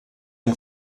amb